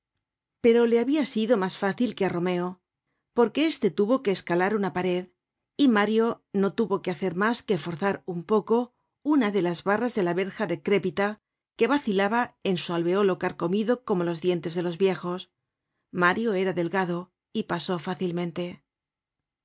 pero le habia sido mas fácil que á romeo porque éste tuvo que escalar una pared y mario no tuvo que hacer mas que forzar un poco una do las barras de la verja decrépita que vacilaba en su alveolo carcomido como los dientes de'los viejos mario era delgado y pasó fácilmente